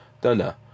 Dunno